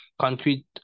concrete